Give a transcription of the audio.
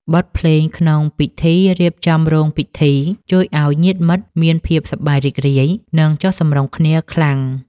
បទភ្លេងក្នុងពិធីរៀបចំរោងពិធី ជួយឱ្យញាតិមិត្តមានភាពសប្បាយរីករាយ និងចុះសម្រុងគ្នាខ្លាំង។